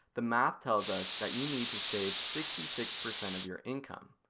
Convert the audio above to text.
the math tells us that you need to save sixty six percent of your income.